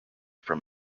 from